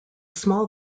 small